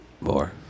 More